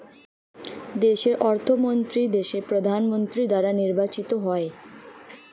দেশের অর্থমন্ত্রী দেশের প্রধানমন্ত্রী দ্বারা নির্বাচিত হয়